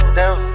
down